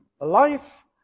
life